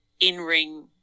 in-ring